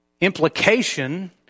implication